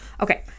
okay